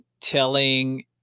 telling